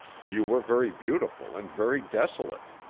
you were very beautiful and very desolate.